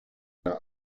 there